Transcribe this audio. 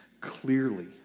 clearly